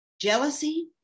jealousy